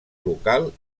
local